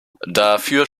dafür